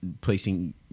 placing